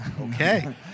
Okay